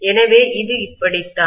எனவே இது இப்படித்தான்